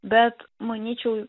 bet manyčiau